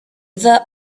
the